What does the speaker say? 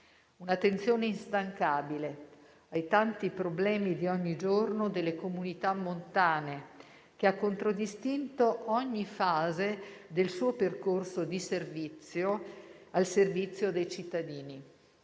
Un'attenzione instancabile ai tanti problemi di ogni giorno delle comunità montane, che ha contraddistinto ogni fase del suo percorso al servizio dei cittadini.